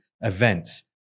events